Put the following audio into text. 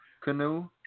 canoe